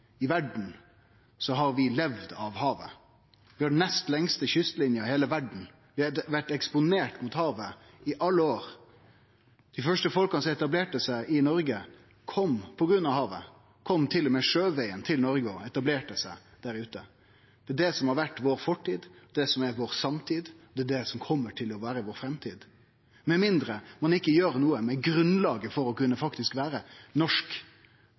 har vi levd av havet. Vi har den nest lengste kystlinja i heile verda, vi har vore eksponert mot havet i alle år. Dei første folka som etablerte seg i Noreg, kom på grunn av havet – dei kom til og med sjøvegen til Noreg og etablerte seg der ute. Det er det som har vore fortida vår, det er det som er samtida vår, og det er det som kjem til å vere framtida vår – med mindre ein gjer noko med grunnlaget for å kunne vere norsk,